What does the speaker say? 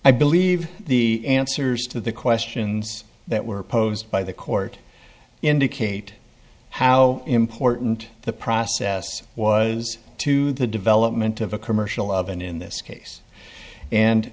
i believe the answers to the questions that were posed by the court indicate how important the process was to the development of a commercial oven in this case and